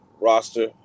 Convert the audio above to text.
roster